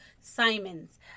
Simon's